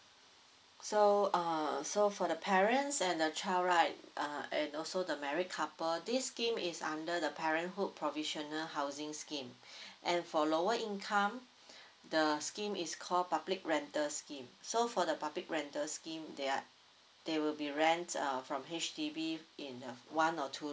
so uh so for the parents and the child right uh and also the married couple this scheme is under the parenthood provisional housing scheme and for lower income the scheme is call public rental scheme so for the public rental scheme they are they will be rent uh from H_D_B in uh one or two